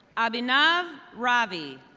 abinav rabi.